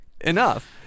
enough